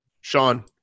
Sean